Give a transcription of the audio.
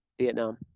Vietnam